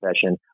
session